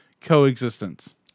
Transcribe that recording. Coexistence